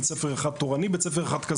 בית ספר אחד תורני ובית ספר אחר אחר.